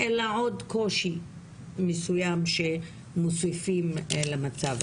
אלא עוד קושי מסוים שמוסיפים למצב,